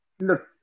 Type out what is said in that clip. look